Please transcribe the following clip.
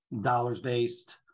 dollars-based